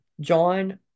John